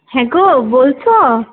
হ্যাঁ গো বলছ